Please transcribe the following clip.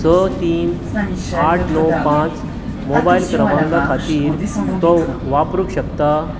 स तीन आठ णव पांच मोबायल क्रंमाका खातीर तो वापरूंक शकता